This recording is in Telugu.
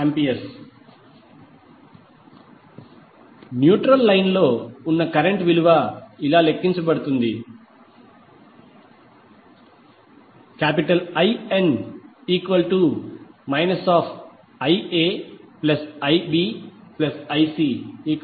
87°A న్యూట్రల్ లైన్ లో ఉన్న కరెంట్ విలువ ఇలా లెక్కించబడుతుంది In IaIbIc10